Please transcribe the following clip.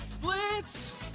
Blitz